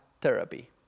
therapy